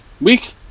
Week